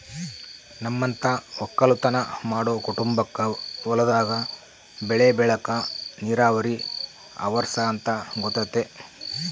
ನಮ್ಮಂತ ವಕ್ಕಲುತನ ಮಾಡೊ ಕುಟುಂಬಕ್ಕ ಹೊಲದಾಗ ಬೆಳೆ ಬೆಳೆಕ ನೀರಾವರಿ ಅವರ್ಸ ಅಂತ ಗೊತತೆ